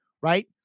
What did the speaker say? right